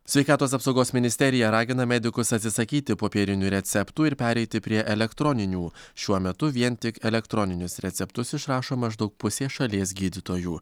sveikatos apsaugos ministerija ragina medikus atsisakyti popierinių receptų ir pereiti prie elektroninių šiuo metu vien tik elektroninius receptus išrašo maždaug pusė šalies gydytojų